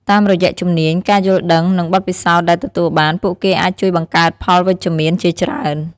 តាមរយៈជំនាញ ការយល់ដឹង និងបទពិសោធន៍ដែលទទួលបាន ពួកគេអាចជួយបង្កើតផលវិជ្ជមានជាច្រើន។